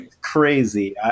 crazy